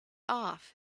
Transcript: off